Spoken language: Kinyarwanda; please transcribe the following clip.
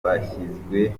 bashyizwe